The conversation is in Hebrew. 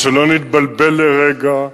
שלא נתבלבל לרגע.